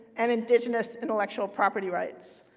and indigenous intellectual property rights.